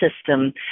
system